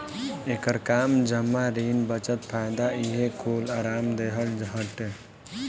एकर काम जमा, ऋण, बचत, फायदा इहे कूल आराम देहल हटे